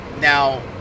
Now